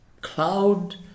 cloud